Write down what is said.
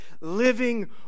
living